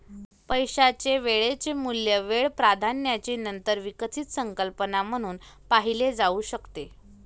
पैशाचे वेळेचे मूल्य वेळ प्राधान्याची नंतर विकसित संकल्पना म्हणून पाहिले जाऊ शकते